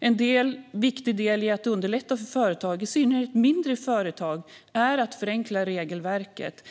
En viktig del i att underlätta för företag, i synnerhet mindre företag, är att förenkla regelverket.